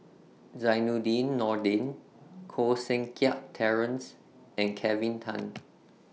Zainudin Nordin Koh Seng Kiat Terence and Kelvin Tan